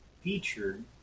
featured